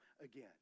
again